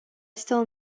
still